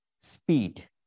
speed